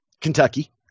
Kentucky